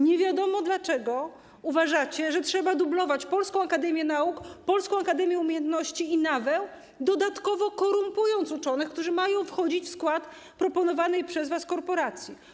Nie wiadomo dlaczego uważacie, że trzeba dublować Polską Akademię Nauk, Polską Akademię Umiejętności i NAWA, dodatkowo korumpując uczonych, którzy mają wchodzić w skład proponowanej przez was korporacji.